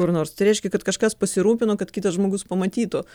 kur nors tai reiškia kad kažkas pasirūpino kad kitas žmogus pamatytų